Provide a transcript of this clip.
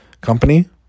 company